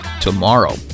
tomorrow